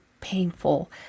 painful